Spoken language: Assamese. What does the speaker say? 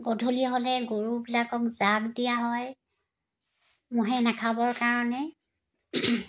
গধূলি হ'লে গৰুবিলাকক জাগ দিয়া হয় মহে নেখাবৰ কাৰণে